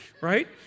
right